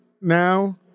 now